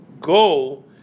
goal